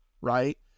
right